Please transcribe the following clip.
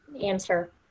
answer